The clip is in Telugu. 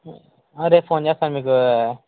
రేపు ఫోన్ చేస్తాను మీకు